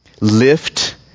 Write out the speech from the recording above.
lift